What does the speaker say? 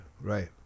Right